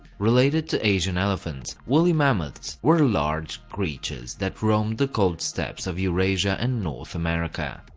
related to asian elephants, woolly mammoths were large creatures that roamed the cold steppes of eurasia and north america.